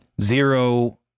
Zero